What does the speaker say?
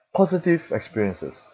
positive experiences